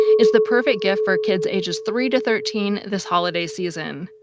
it's the perfect gift for kids ages three to thirteen this holiday season.